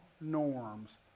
norms